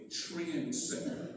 trendsetter